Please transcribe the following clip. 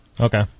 Okay